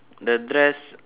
the dress